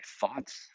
thoughts